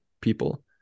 people